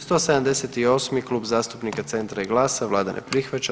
178, Klub zastupnika Centra i GLAS-a, Vlada ne prihvaća.